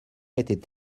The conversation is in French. était